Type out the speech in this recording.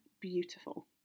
beautiful